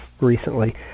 recently